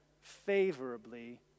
favorably